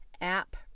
app